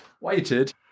waited